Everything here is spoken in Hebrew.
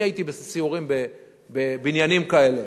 הייתי בסיורים בבניינים כאלה.